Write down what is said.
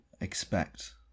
expect